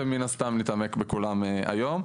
ומן הסתם נתעמק בכולם היום.